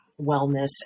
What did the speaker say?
wellness